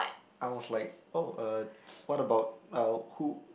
I was like oh uh what about uh who